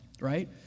Right